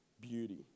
beauty